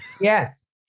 Yes